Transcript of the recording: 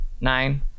Nine